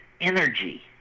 energy